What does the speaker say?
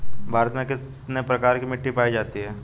भारत में कितने प्रकार की मिट्टी पाई जाती हैं?